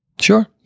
Sure